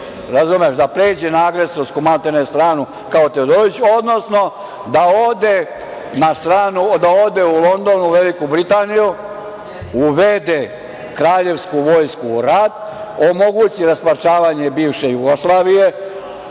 da pređe maltene na agresorsku stranu kao Teodorović, odnosno da ode u London, u Veliku Britaniju, uvede kraljevsku vojsku u rat, omogući rasparčavanje bivše Jugoslavije,